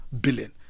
billion